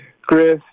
Chris